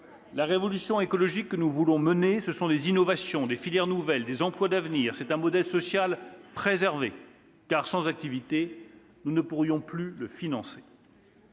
La révolution écologique que nous voulons mener, ce sont des innovations, des filières nouvelles, des emplois d'avenir. C'est un modèle social préservé, car, sans activité, nous ne pourrions plus le financer.